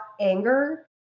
anger